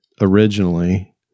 originally